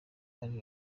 ari